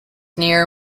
near